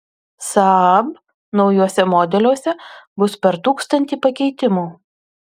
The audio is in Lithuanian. saab naujuose modeliuose bus per tūkstantį pakeitimų